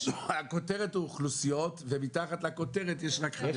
הכותרת היא אוכלוסיות, ומתחת לכותרת יש רק חרדים.